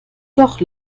doch